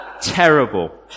Terrible